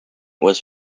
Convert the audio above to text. was